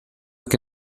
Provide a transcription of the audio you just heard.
que